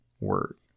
word